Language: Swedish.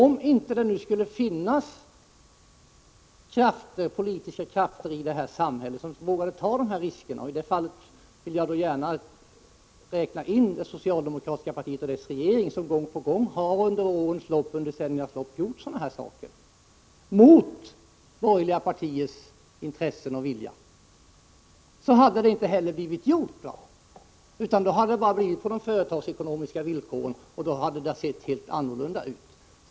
Men om det inte fanns politiska krafter i samhället som vågade ta sådana risker — i detta sammanhang vill jag gärna räkna in det socialdemokratiska partiet och regeringen, som gång på gång under decenniernas lopp har tagit risker av det här slaget mot borgerliga partiers intressen och vilja — hade investeringarna aldrig blivit av. Då hade investeringarna gjorts på enbart företagsekonomiska villkor, och allt hade sett helt annorlunda ut.